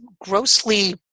grossly